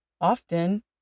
often